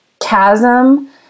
chasm